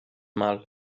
mal